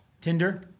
Tinder